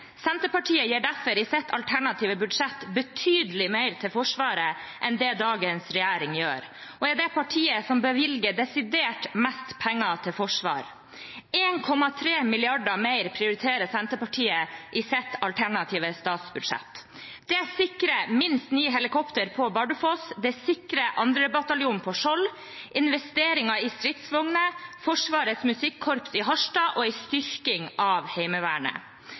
Senterpartiet gir derfor i sitt alternative budsjett betydelig mer til Forsvaret enn dagens regjering gjør, og er det partiet som bevilger desidert mest penger til forsvar. 1,3 mrd. kr mer prioriterer Senterpartiet i sitt alternative statsbudsjett. Det sikrer minst ni helikoptre på Bardufoss, 2. bataljon på Skjold, investeringer i stridsvogner, Forsvarets musikkorps i Harstad og en styrking av Heimevernet.